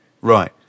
Right